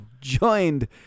Joined